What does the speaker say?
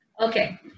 Okay